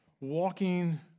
Walking